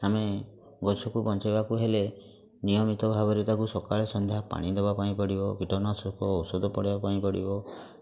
ଆମେ ଗଛକୁ ବଞ୍ଚାଇବାକୁ ହେଲେ ନିୟମିତ ଭାବରେ ତାକୁ ସକାଳେ ସନ୍ଧ୍ୟା ପାଣି ଦେବା ପାଇଁ ପଡ଼ିବ କୀଟନାଶକ ଔଷଧ ପଡ଼ିବା ପାଇଁ ପଡ଼ିବ